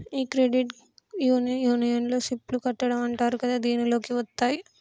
ఈ క్రెడిట్ యూనియన్లో సిప్ లు కట్టడం అంటారు కదా దీనిలోకి వత్తాయి